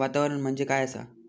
वातावरण म्हणजे काय आसा?